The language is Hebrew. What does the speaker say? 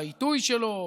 בעיתוי שלו,